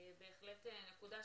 זו בהחלט נקודה חשובה.